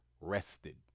rested